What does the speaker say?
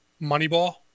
Moneyball